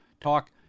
talk